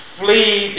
flee